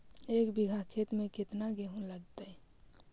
एक बिघा खेत में केतना गेहूं लगतै?